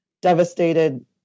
devastated